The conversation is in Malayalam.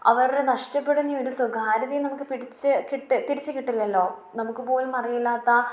അവരുടെ നഷ്ടപ്പെടുന്ന ഒരു സ്വകാര്യതയും നമുക്ക് പിടിച്ച് കിട്ട് തിരിച്ചു കിട്ടില്ലല്ലോ നമുക്കുപോലും അറിയില്ലാത്ത